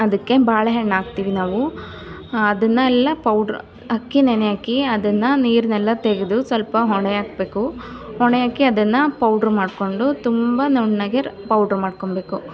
ಅದಕ್ಕೆ ಬಾಳೆಹಣ್ಣು ಹಾಕ್ತೀವಿ ನಾವು ಅದನ್ನೆಲ್ಲ ಪೌಡ್ರ್ ಅಕ್ಕಿ ನೆನೆ ಹಾಕಿ ಅದನ್ನು ನೀರನ್ನೆಲ್ಲ ತೆಗೆದು ಸ್ವಲ್ಪ ಹೊಣೆ ಹಾಕಬೇಕು ಹೊಣೆ ಹಾಕಿ ಅದನ್ನು ಪೌಡ್ರ್ ಮಾಡಿಕೊಂಡು ತುಂಬ ನುಣ್ಣಗೆ ಪೌಡ್ರ್ ಮಾಡ್ಕೊಳ್ಬೇಕು